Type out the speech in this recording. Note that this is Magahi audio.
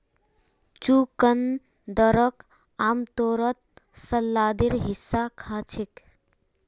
चुकंदरक आमतौरत सलादेर हिस्सा खा छेक